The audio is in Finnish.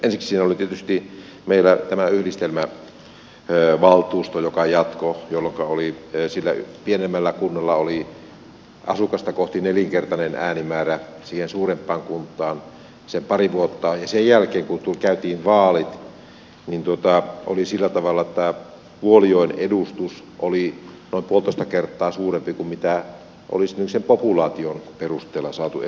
ensiksi siinä oli tietysti meillä tämä yhdistelmävaltuusto joka jatkoi jolloinka sillä pienemmällä kunnalla oli asukasta kohti nelinkertainen äänimäärä siihen suurempaan kuntaan nähden sen pari vuotta ja sen jälkeen kun käytiin vaalit oli sillä tavalla että vuolijoen edustus oli noin puolitoista kertaa suurempi kuin mitä olisi sen populaation perusteella saatu edustus